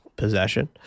Possession